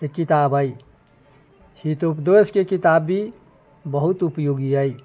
के किताब अइ हितोपदेशके किताब भी बहुत उपयोगी अइ